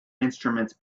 instruments